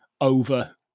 over